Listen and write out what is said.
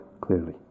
clearly